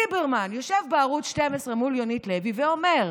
ליברמן יושב בערוץ 12 מול יונית לוי ואומר: